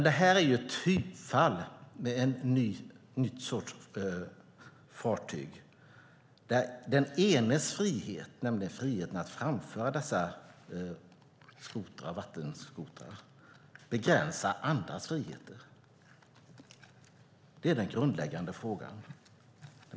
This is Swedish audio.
Det här är ett typfall av ett nytt slags fartyg där den enes frihet, det vill säga friheten att framföra dessa vattenskotrar, begränsar den andres frihet. Det är den grundläggande frågan.